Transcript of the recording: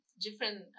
different